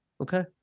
Okay